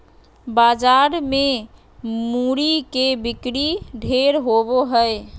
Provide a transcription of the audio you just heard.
बाजार मे मूरी के बिक्री ढेर होवो हय